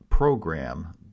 program